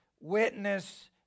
witness